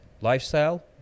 lifestyle